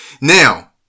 Now